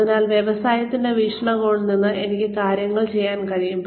അതിനാൽ വ്യവസായത്തിന്റെ വീക്ഷണകോണിൽ നിന്ന് എനിക്ക് കാര്യങ്ങൾ കാണാൻ കഴിയും